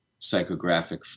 psychographic